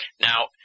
now